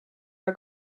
are